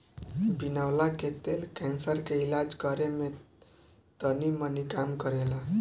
बिनौला के तेल कैंसर के इलाज करे में तनीमनी काम करेला